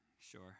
sure